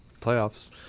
playoffs